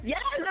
Yes